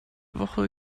woche